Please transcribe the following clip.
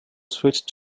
switched